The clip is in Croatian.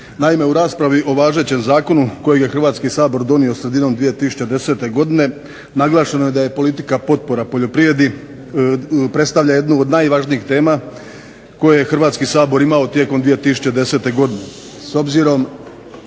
Naime, u raspravi o važećem zakonu kojeg je Hrvatski sabor donio sredinom 2010. godine naglašeno je da politika potpora poljoprivredi predstavlja jednu od najvažnijih tema koje je Hrvatski sabor imao tijekom 2010. godine